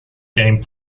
game